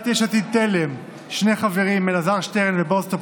כשאתם מביאים את החוק